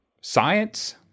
science